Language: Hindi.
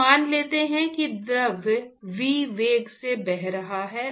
तो मान लेते हैं कि कोई द्रव v वेग से बह रहा है